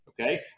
okay